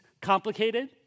complicated